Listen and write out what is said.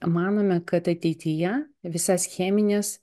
manome kad ateityje visas chemines